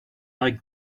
like